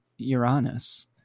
uranus